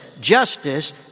justice